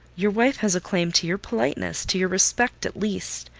your wife has a claim to your politeness, to your respect, at least.